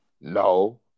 No